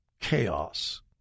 chaos